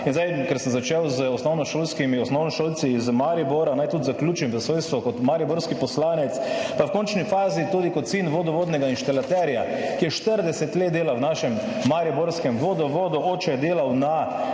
In zdaj, ker sem začel z osnovnošolskimi osnovnošolci iz Maribora, naj tudi zaključim v svojstvu kot mariborski poslanec pa v končni fazi tudi kot sin vodovodnega inštalaterja, ki je 40 let delal v našem mariborskem vodovodu. Oče je delal na